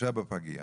נישאר בפגייה